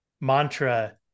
mantra